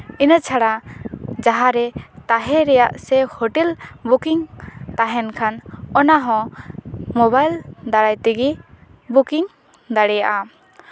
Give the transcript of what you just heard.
ᱤᱱᱟᱹ ᱪᱷᱟᱲᱟ ᱡᱟᱦᱟᱸᱨᱮ ᱛᱟᱦᱮᱸ ᱨᱮᱭᱟᱜ ᱥᱮ ᱦᱳᱴᱮᱞ ᱵᱩᱠᱤᱝ ᱛᱟᱦᱮᱱ ᱠᱷᱟᱱ ᱚᱱᱟ ᱦᱚᱸ ᱢᱳᱵᱟᱭᱤᱞ ᱫᱟᱨᱟᱭ ᱛᱮᱜᱮ ᱵᱩᱠᱤᱝ ᱫᱟᱲᱮᱭᱟᱜᱼᱟ